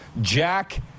Jack